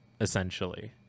essentially